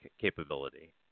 capability